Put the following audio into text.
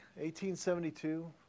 1872